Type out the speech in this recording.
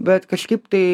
bet kažkaip tai